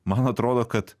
man atrodo kad